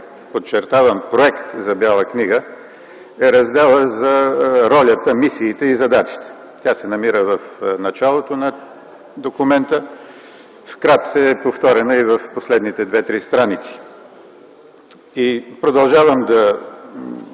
подчертавам – проект, за Бяла книга е разделът за ролята, мисиите и задачите. Той се намира в началото на документа. Вкратце е повторен и в последните две-три страници. И продължавам да